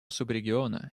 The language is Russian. субрегиона